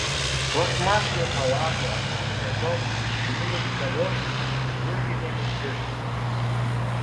plastmasiniu chalatu ar kombinezonu guminiais kaliošais chirurginėmis pirštinėmis